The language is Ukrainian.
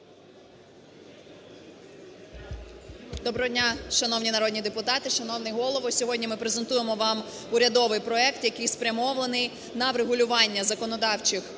Доброго дня, шановні народні депутати, шановний Голово! Сьогодні ми презентуємо вам урядовий проект, який спрямований на врегулювання законодавчих